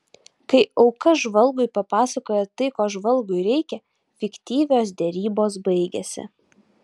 kai auka žvalgui papasakoja tai ko žvalgui reikia fiktyvios derybos baigiasi